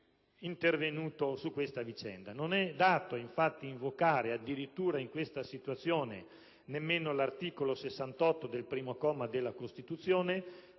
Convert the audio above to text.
intervenuto su questa vicenda. Non è dato, infatti, invocare in questa situazione nemmeno l'articolo 68, primo comma, della Costituzione,